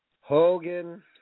hogan